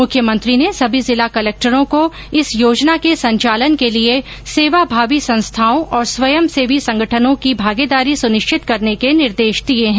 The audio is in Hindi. मुख्यमंत्री ने सभी जिला कलक्टरों को इस योजना के संचालन के लिए सेवाभावी संस्थाओं और स्वयंसेवी संगठनों की भागीदारी सुनिश्चित करने के निर्देश दिये हैं